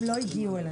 הם לא הגיעו אלינו.